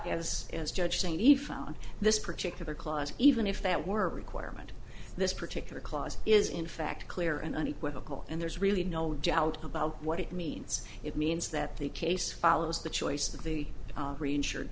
has as judge say need found this particular clause even if that were a requirement this particular clause is in fact clear and unequivocal and there's really no doubt about what it means it means that the case follows the choice of the reinsur